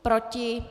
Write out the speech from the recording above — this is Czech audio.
Proti?